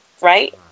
right